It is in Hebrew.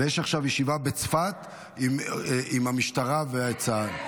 יש עכשיו ישיבה בצפת עם המשטרה וצה"ל.